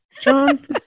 John